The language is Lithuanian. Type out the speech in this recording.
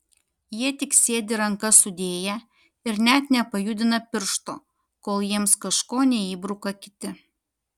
jie tik sėdi rankas sudėję ir net nepajudina piršto kol jiems kažko neįbruka kiti